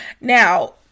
Now